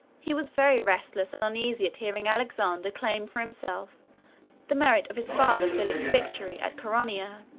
he was very restless and uneasy at hearing alexander claim for himself the merit of his father philip's victory at chaeronea,